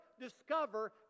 discover